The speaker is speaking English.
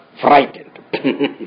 frightened